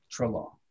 Trelaw